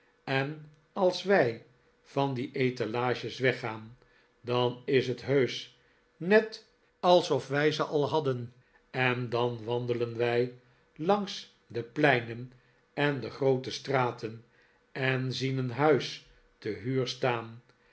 en als wij van die etalages weggaan dan is het heusch net alsof wij ze al hadden en dan wandelen wij langs de pleinen en de groote straten en zien een huis te huur staan